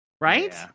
Right